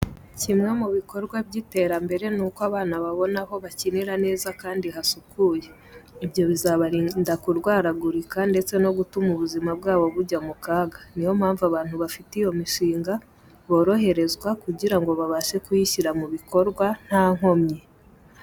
Kimwe mu ibikorwa by'iterambere, nuko abana babona aho bakinira heza kandi hasukuye. Ibyo bizabarinda kurwaragurika ndetse no gutuma ubuzima bwabo bujya mu kaga. Ni yo mpamvu abantu bafite iyo mishinga boroherezwa kugira ngo babashe kuyishyira mu bikorwa nta nkomyi.